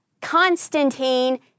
Constantine